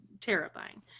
terrifying